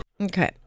Okay